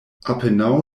apenaŭ